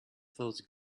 those